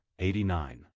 89